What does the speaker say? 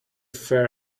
fair